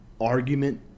argument